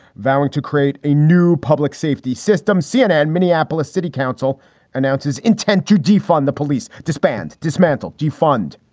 vowing to create a new public safety system, cnn minneapolis city council announced his intent to defund the police, disband, dismantle, defund.